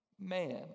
man